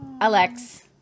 Alex